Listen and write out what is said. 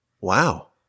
Wow